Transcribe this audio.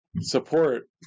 support